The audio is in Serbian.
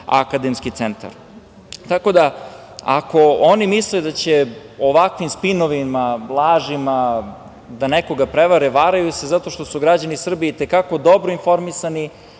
akademski centar. Ako oni misle da će ovakvim spinovima, lažima da nekoga prevare, varaju se, zato što su građani Srbije i te kako dobro informisani,